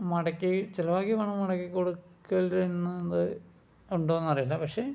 മടക്കി ചെലവാക്കിയ പണം മടക്കി കൊടുക്കലെന്നത് ഉണ്ടോയെന്നറിയില്ല പക്ഷേ